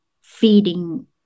feeding